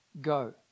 go